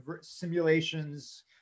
simulations